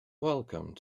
welcome